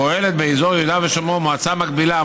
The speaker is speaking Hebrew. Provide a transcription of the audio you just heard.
פועלת באזור יהודה ושומרון מועצה מקבילה,